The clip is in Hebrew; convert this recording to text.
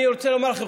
אני רוצה לומר לכם,